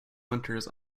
winters